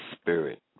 spirit